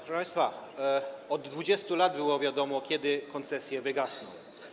Proszę państwa, od 20 lat było wiadomo, kiedy koncesje wygasną.